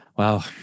Wow